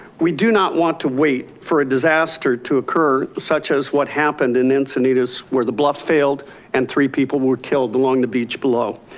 we do not want to wait for a disaster to occur such as what happened in encinitas where the bluff failed and three people were killed along the beach below.